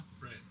Right